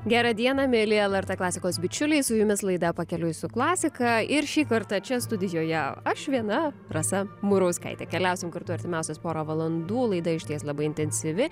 gera diena mieli lrt klasikos bičiuliai su jumis laida pakeliui su klasika ir šį kartą čia studijoje aš viena rasa murauskaitė keliausim kartu artimiausias porą valandų laida išties labai intensyvi